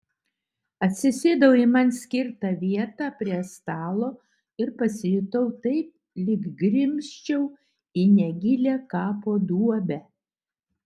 atsisėdau į man skirtą vietą prie stalo ir pasijutau taip lyg grimzčiau į negilią kapo duobę